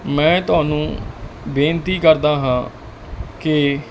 ਮੈਂ ਤੁਹਾਨੂੰ ਬੇਨਤੀ ਕਰਦਾ ਹਾਂ